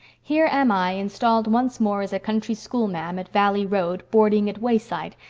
here am i, installed once more as a country schoolma'am at valley road, boarding at wayside,